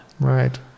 Right